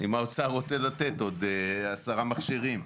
אם האוצר רוצה לתת עוד עשרה מכשירים,